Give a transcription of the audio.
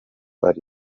ari